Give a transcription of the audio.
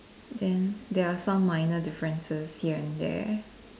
then there are some minor differences here and there